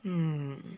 mm